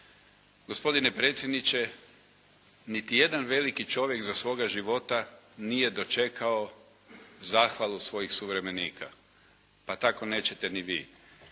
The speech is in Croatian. "Gospodine predsjedniče niti jedan veliki čovjek za svoga života nije dočekao zahvalu svojih suvremenika. Pa tako neće ni vi.